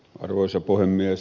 arvoisa puhemies